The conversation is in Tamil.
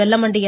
வெல்லமண்டி என்